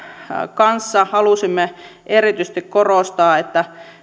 kanssa halusimme korostaa että